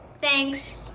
Thanks